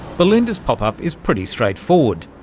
belinda's pop-up is pretty straight-forward,